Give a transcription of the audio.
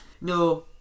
No